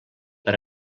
per